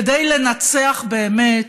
כדי לנצח באמת,